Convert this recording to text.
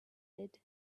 did